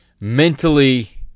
mentally